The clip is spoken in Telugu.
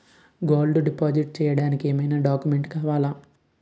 గోల్డ్ డిపాజిట్ చేయడానికి ఏమైనా డాక్యుమెంట్స్ కావాలా?